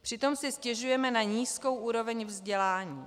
Přitom si stěžujeme na nízkou úroveň vzdělání.